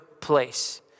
place